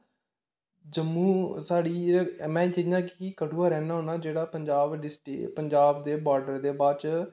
जम्मू साढ़ी जेहड़ी में जियां कि कठुआ रैहना बौहना जेहड़ा पंजाब डिस्ट्रिक्ट पजांब दे बार्डर दे बाद च